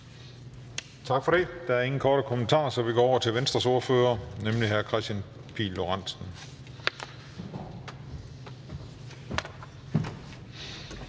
For det. Der er ingen korte bemærkninger, så vi går over til Venstres ordfører, hr. Kristian Pihl Lorentzen.